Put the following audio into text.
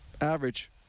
average